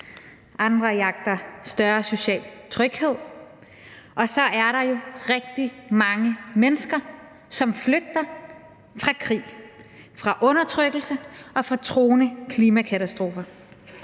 andre jagter større social tryghed, og så er der rigtig mange mennesker, som flygter fra krig, fra undertrykkelse og fra truende klimakatastrofer.